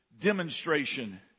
demonstration